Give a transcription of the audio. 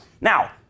Now